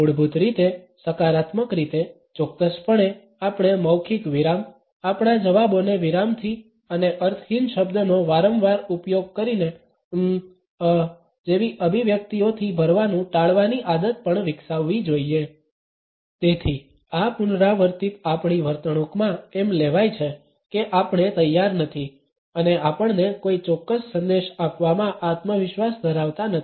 મૂળભૂત રીતે સકારાત્મક રીતે ચોક્કસપણે આપણે મૌખિક વિરામ આપણા જવાબોને વિરામથી અને અર્થહીન શબ્દનો વારંવાર ઉપયોગ કરીને અમ અહ જેવી અભિવ્યક્તિઓથી ભરવાનુ ટાળવાની આદત પણ વિકસાવવી જોઈએ તેથી આ પુનરાવર્તિત આપણી વર્તણૂકમાં એમ લેવાય છે કે આપણે તૈયાર નથી અને આપણને કોઈ ચોક્કસ સંદેશ આપવામાં આત્મવિશ્વાસ ધરાવતા નથી